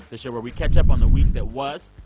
the show where we catch up on the week that was.